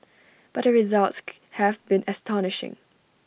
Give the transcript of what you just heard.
but the results have been astonishing